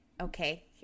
okay